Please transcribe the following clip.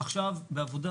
עכשיו בעבודה